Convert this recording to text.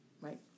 right